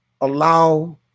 allow